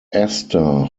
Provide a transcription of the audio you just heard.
esther